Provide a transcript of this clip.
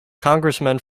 congressman